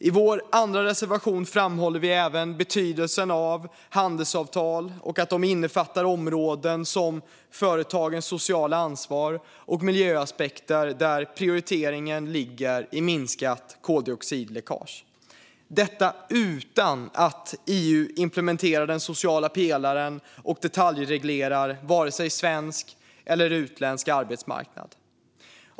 I vår andra reservation framhåller vi även betydelsen av att handelsavtal innefattar områden som företagens sociala ansvar och miljöaspekter där prioriteringen ligger i ett minskat koldioxidläckage, detta utan att EU implementerar den sociala pelaren och detaljreglerar vare sig svensk eller utländsk arbetsmarknad.